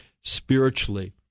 spiritually